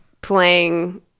playing